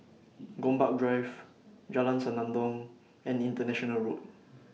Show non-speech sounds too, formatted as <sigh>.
Gombak Drive Jalan Senandong and International Road <noise>